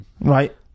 right